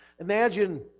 imagine